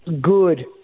good